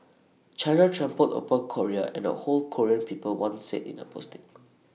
China trampled upon Korea and the whole Korean people one said in A posting